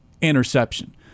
interception